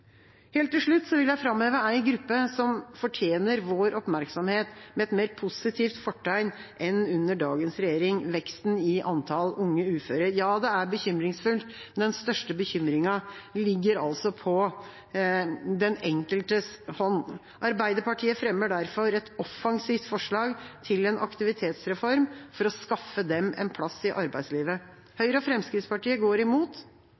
Helt til slutt vil jeg framheve en gruppe som fortjener vår oppmerksomhet med et mer positivt fortegn enn under dagens regjering – veksten i antall unge uføre. Ja, det er bekymringsfullt, men den største bekymringen ligger på den enkeltes hånd. Arbeiderpartiet fremmer derfor et offensivt forslag til en aktivitetsreform for å skaffe dem en plass i arbeidslivet. Høyre og Fremskrittspartiet går imot.